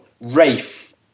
Rafe